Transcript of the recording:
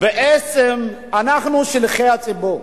בעצם אנחנו שליחי הציבור,